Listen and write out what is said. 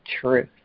truth